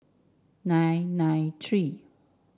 nine nine three